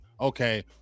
okay